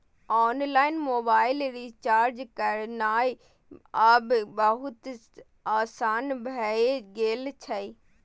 online mobile recharge करनाय आब बहुत आसान भए गेल छै